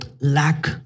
lack